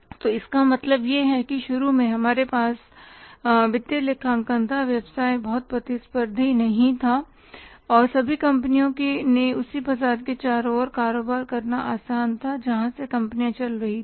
तो इसका मतलब यह है कि शुरू में हमारे पास वित्तीय लेखांकन था व्यवसाय बहुत प्रतिस्पर्धी नहीं था और सभी कंपनियों के उसी बाजार के चारों ओर कारोबार करना आसान था जहां से कंपनियां चल रही थीं